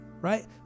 right